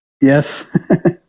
Yes